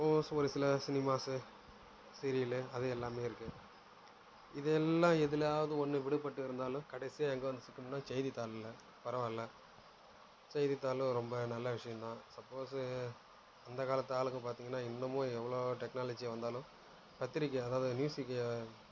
இப்போது ஒரு ஒரு சில சினிமாஸ்ஸு சீரியலு அது எல்லாமே இருக்குது இது எல்லாம் எதுலையாவது ஒன்று விடுபட்டு இருந்தாலும் கடைசியாக எங்கே வந்து சிக்கும்ன்னால் செய்தித்தாள்களில் பரவாயில்லை செய்தித்தாளும் ரொம்ப நல்ல விஷயந்தான் சப்போஸ்ஸு அந்தக்காலத்து ஆளுங்கள் பார்த்தீங்கன்னா இன்னமும் எவ்வளோ டெக்னாலஜி வந்தாலும் பத்திரிக்கை அதாவது நியூஸுக்கு